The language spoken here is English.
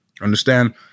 Understand